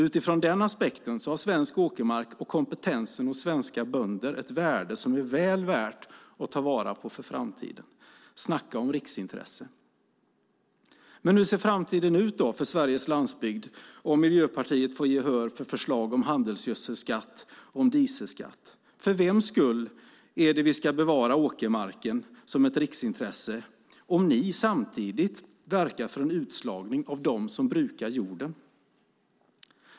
Utifrån den aspekten har svensk åkermark och kompetensen hos svenska bönder ett värde som är väl värt att ta vara på för framtiden. Snacka om riksintresse! Men hur ser framtiden ut för Sveriges landsbygd, om Miljöpartiet får gehör för förslag om handelsgödselskatt och dieselskatt? För vems skull ska vi bevara åkermarken som ett riksintresse, om ni samtidigt verkar för en utslagning av dem som brukar jorden?